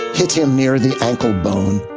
hit him near the ankle bone